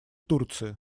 турции